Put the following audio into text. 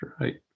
right